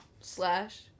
slash